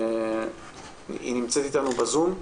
היא נמצאת אתנו בזום?